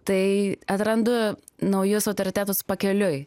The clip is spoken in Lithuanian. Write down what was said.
tai atrandu naujus autoritetus pakeliui